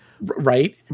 Right